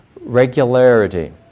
regularity